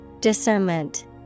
Discernment